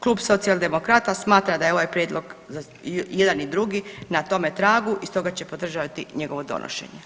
Klub Socijaldemokrata smatra da je ovaj prijedlog jedan i drugi na tome tragu i stoga će podržati njegovo donošenje.